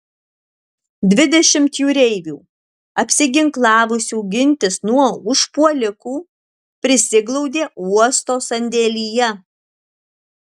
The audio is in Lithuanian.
dvidešimt jūreivių apsiginklavusių gintis nuo užpuolikų prisiglaudė uosto sandėlyje